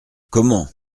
comment